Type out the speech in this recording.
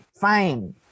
fine